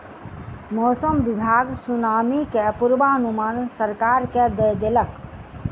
मौसम विभाग सुनामी के पूर्वानुमान सरकार के दय देलक